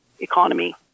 economy